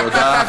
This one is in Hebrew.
תודה,